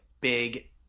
big